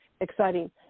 exciting